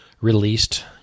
released